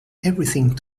everything